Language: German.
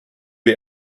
wir